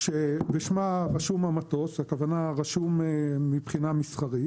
שבשמה רשום המטוס הכוונה רשום מבחינה מסחרית